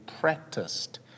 practiced